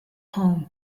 home